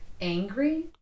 angry